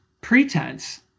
pretense